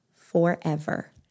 forever